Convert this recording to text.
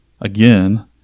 again